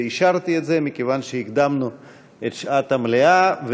ואישרתי את זה מכיוון שהקדמנו את שעת המליאה,